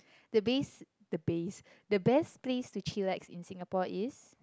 the base the base the best place to chill like in Singapore is